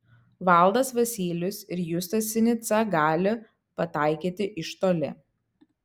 valdas vasylius ir justas sinica gali pataikyti iš toli